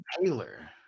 Taylor